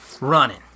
running